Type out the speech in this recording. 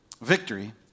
Victory